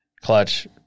clutch